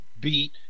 Beat